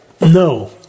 No